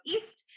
East